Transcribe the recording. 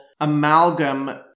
amalgam